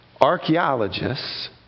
archaeologists